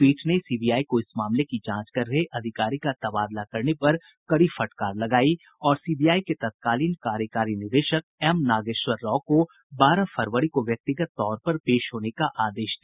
पीठ ने सीबीआई को इस मामले की जांच कर रहे अधिकारी का तबादला करने पर कड़ी फटकार लगायी और सीबीआई के तत्कालीन कार्यकारी निदेशक एम नागेश्वर राव को बारह फरवरी को व्यक्तिगत तौर पर पेश होने का आदेश दिया